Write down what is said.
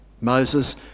Moses